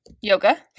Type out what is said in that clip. yoga